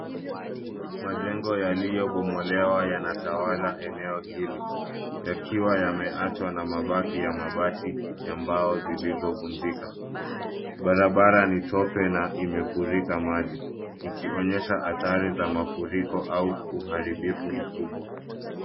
Majengo yaliyobomolewa yanatawala eneo hili yakiwa yameachwa na mabaki ya mabati ya mbao zilizovunjika, barabara ni tope na imefurika maji ikionyesha athari za mafuriko au uharibifu mkubwa.